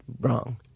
wrong